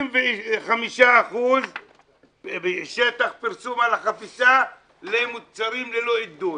ו-65% שטח פרסום על החפיסה למוצרים ללא אידוי.